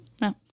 no